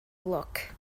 look